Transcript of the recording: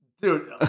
Dude